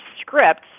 scripts